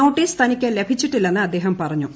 notice തനിക്ക് ലഭിച്ചിട്ടില്ലെന്ന് അദ്ദേഹം പറഞ്ഞു